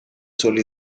solo